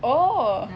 oh